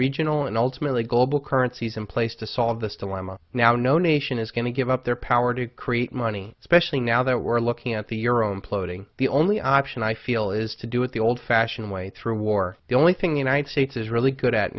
regional and ultimately global currencies in place to solve this dilemma now no nation is going to give up their power to create money especially now that we're looking at the your own plough ting the only option i feel is to do it the old fashioned way through war the only thing united states is really good at